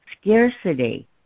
scarcity